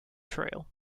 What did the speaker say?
trail